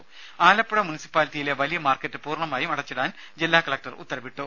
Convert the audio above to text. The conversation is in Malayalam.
രുമ ആലപ്പുഴ മുനിസിപ്പാലിറ്റിയിലെ വലിയ മാർക്കറ്റ് പൂർണമായും അടച്ചിടാൻ ജില്ലാ കളക്ടർ ഉത്തരവിട്ടു